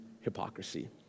hypocrisy